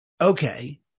Okay